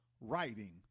writing